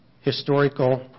historical